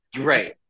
right